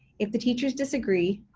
if the teachers disagree,